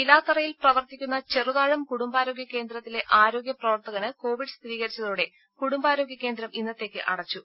പിലാത്തറയിൽ പ്രവർത്തിക്കുന്ന ചെറുതാഴം കുടുംബാരോഗ്യ കേന്ദ്രത്തിലെ ആരോഗ്യ പ്രവർത്തകന് കോവിഡ് സ്ഥിരീകരിച്ചതോടെ കുടുംബാരോഗ്യ കേന്ദ്രം ഇന്നത്തേക്ക് അടച്ചു